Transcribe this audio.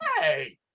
hey